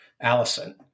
Allison